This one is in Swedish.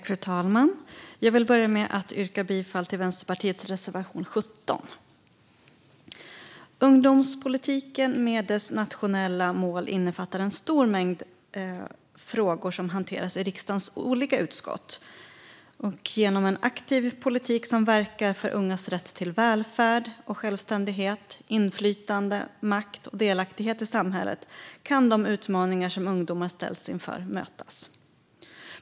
Fru talman! Jag vill börja med att yrka bifall till Vänsterpartiets reservation 17. Ungdomspolitiken med dess nationella mål innefattar en stor mängd frågor som hanteras i riksdagens olika utskott. Genom en aktiv politik som verkar för ungas rätt till välfärd, självständighet, inflytande, makt och delaktighet i samhället kan de utmaningar som ungdomar ställs inför mötas.